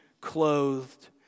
clothed